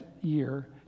year